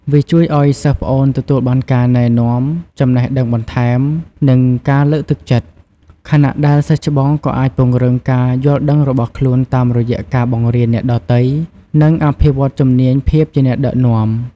វាជួយឲ្យសិស្សប្អូនទទួលបានការណែនាំ ចំណេះដឹងបន្ថែម និងការលើកទឹកចិត្ត ខណៈដែលសិស្សច្បងក៏អាចពង្រឹងការយល់ដឹងរបស់ខ្លួនតាមរយៈការបង្រៀនអ្នកដទៃ និងអភិវឌ្ឍជំនាញភាពជាអ្នកដឹកនាំ។